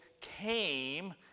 came